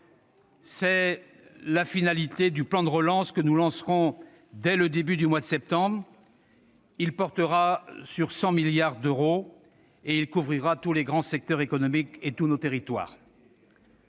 C'est la finalité du plan de relance que nous mettrons en oeuvre dès le début du mois de septembre prochain. Il portera sur 100 milliards d'euros et couvrira tous les grands secteurs économiques et tous nos territoires.